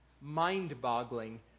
mind-boggling